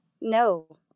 no